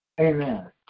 Amen